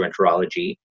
gastroenterology